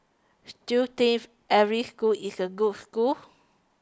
still thief every school is a good school